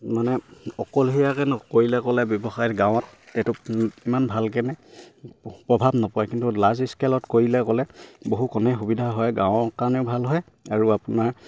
মানে অকল নকৰিলে ক'লে ব্যৱসায় গাঁৱত এইটো ইমান ভালকেনে প্ৰভাৱ নপৰে কিন্তু লাৰ্জ স্কেলত কৰিলে ক'লে বহু কণে সুবিধা হয় গাঁৱৰ কাৰণেও ভাল হয় আৰু আপোনাৰ